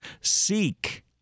seek